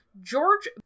George